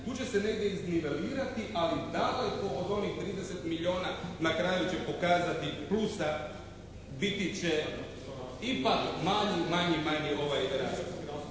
Tu će se negdje iznivelirati, ali daleko od onih 30 milijuna na kraju će pokazati plusa biti će imak manji, manji, manji